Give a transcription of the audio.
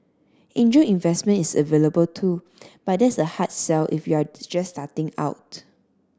angel investment is available too but that's a hard sell if you're just starting out